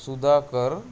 Sudhakar